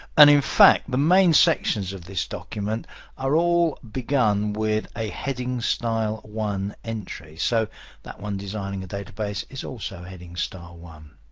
and in fact, the main sections of this document are all begun with a heading style one entry. so that one, designing a database is also heading style one.